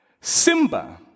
Simba